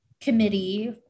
committee